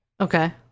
okay